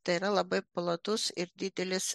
tai yra labai platus ir didelis